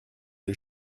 les